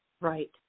Right